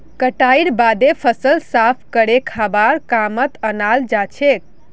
कटाईर बादे फसल साफ करे खाबार कामत अनाल जाछेक